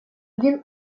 він